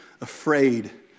afraid